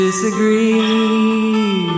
Disagree